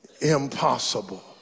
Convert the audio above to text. impossible